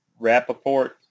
Rappaport